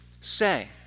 say